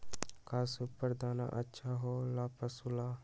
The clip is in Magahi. का सुपर दाना अच्छा हो ला पशु ला?